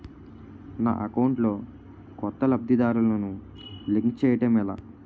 నా అకౌంట్ లో కొత్త లబ్ధిదారులను లింక్ చేయటం ఎలా?